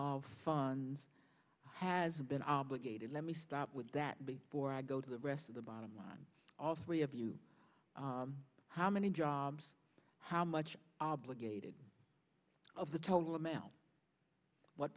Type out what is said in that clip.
of funds has been obligated let me stop with that before i go to the rest of the bottom line all three of you how many jobs how much obligated of the total amount what